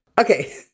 Okay